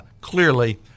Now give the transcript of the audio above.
clearly